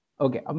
Okay